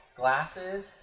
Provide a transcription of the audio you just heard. glasses